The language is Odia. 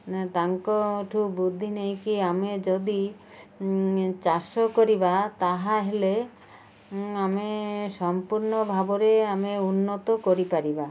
ତାଙ୍କଠୁ ବୁଦ୍ଧି ନେଇକି ଆମେ ଯଦି ଚାଷ କରିବା ତାହା ହେଲେ ଆମେ ସମ୍ପୂର୍ଣ୍ଣ ଭାବରେ ଆମେ ଉନ୍ନତ କରି ପାରିବା